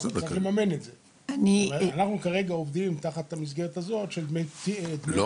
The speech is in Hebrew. אנחנו עובדים תחת המסגרת של דמי --- אם